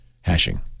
hashing